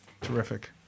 Terrific